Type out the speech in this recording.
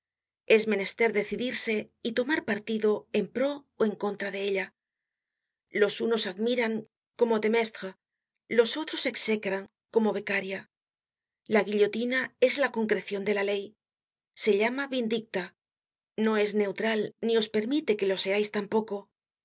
es menester decidirse y tomar partido en pró ó en contra de ella los unos admiran como de maistre los otros execran orno beccaria la guillotina es la concrecion de la ley se llama vindicta no es neutral ni os permite que lo seais tampoco quien